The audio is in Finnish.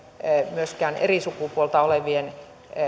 myöskään eri sukupuolta olevien